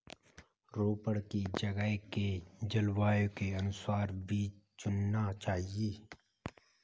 रोपड़ की जगह के जलवायु के अनुसार बीज चुनना चाहिए